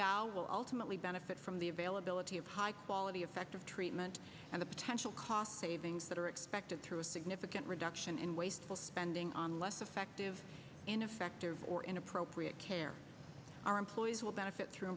dow will ultimately benefit from the availability of high quality effective treatment and the potential cost savings that are expected through a significant reduction in wasteful spending on less effective ineffective or inappropriate care our employees will benefit through